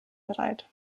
bereit